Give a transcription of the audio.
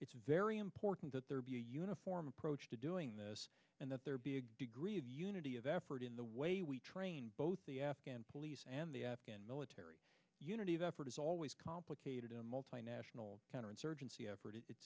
it's very important that there be a uniform approach to doing this and that there be a degree of unity of effort in the way we train both the afghan police and the afghan military unity of effort is always complicated a multinational counterinsurgency effort i